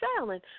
sailing